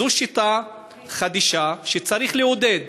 זו שיטה חדישה שצריך לעודד.